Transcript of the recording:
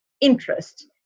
interest